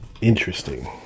Interesting